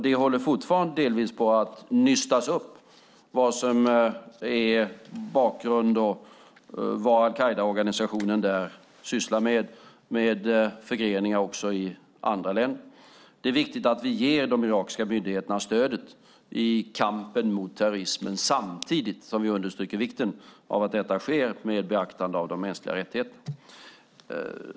Det håller fortfarande på att delvis nystas upp vad som är bakgrund och vad al-Qaida-organisationen där sysslar med, också med förgreningar i andra länder. Det är viktigt att vi ger de irakiska myndigheterna stödet i kampen mot terrorismen samtidigt som vi understryker vikten av att detta sker med beaktande av de mänskliga rättigheterna.